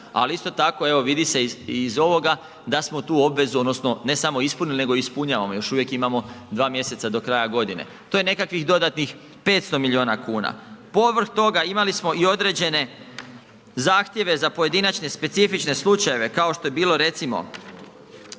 Ali isto tako vidi se iz ovoga da smo tu obvezu ne samo ispunili nego ispunjavamo još uvijek imamo dva mjeseca do kraja godine. To je nekakvih dodatnih 500 milijuna kuna. Povrh toga imali smo i određene zahtjeve za pojedinačne specifične slučajeve, kao što je bilo recimo